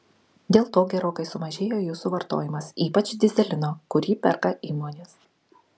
dėl to gerokai sumažėjo jų suvartojimas ypač dyzelino kurį perka įmonės